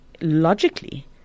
logically